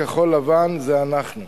כחול-לבן זה אנחנו.